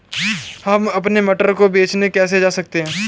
हम अपने मटर को बेचने कैसे जा सकते हैं?